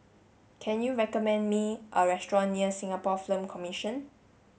can you recommend me a restaurant near Singapore Film Commission